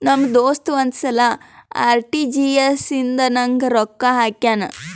ನಮ್ ದೋಸ್ತ ಒಂದ್ ಸಲಾ ಆರ್.ಟಿ.ಜಿ.ಎಸ್ ಇಂದ ನಂಗ್ ರೊಕ್ಕಾ ಹಾಕ್ಯಾನ್